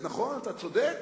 נכון, אתה צודק,